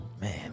Man